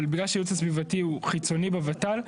אבל בגלל שהייעוץ הסביבתי הוא חיצוני בות"ל,